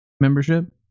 membership